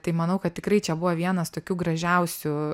tai manau kad tikrai čia buvo vienas tokių gražiausių